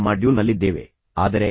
ಹಾಗಾದರೆ ನಿನ್ನೆ ಹೇಗಿತ್ತು